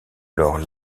alors